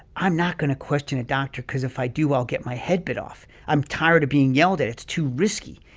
i'm not going to question a doctor because if i do, i'll get my head bit off. i'm tired of being yelled at. it's too risky.